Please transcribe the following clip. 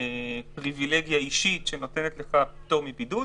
פריווילגיה אישית שנותנת את הפטור מבידוד